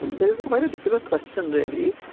that is quite a difficult question really.